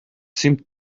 seemed